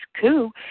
coup